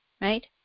right